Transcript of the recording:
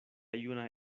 juna